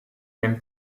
même